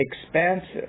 expansive